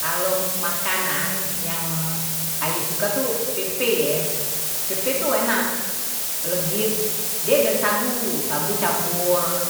Kalo makanan yang aye suka tuh pepe ya pepe itu enak legit dia dari sagu, sagu campur